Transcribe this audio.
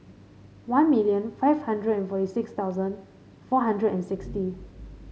one million five hundred forty six thousand four hundred and sixty